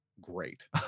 great